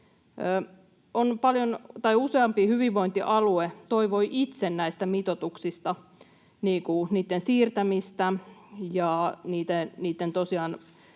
Useampi hyvinvointialue toivoi itse näitten mitoitusten siirtämistä ja